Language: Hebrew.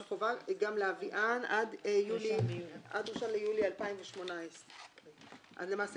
כשהחובה גם להביאן עד 1 ביולי 2018. למעשה